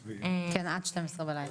כן, עד 00:00 בלילה.